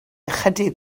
ychydig